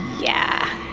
yeah